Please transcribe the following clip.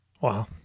Wow